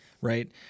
Right